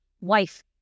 wife